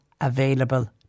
available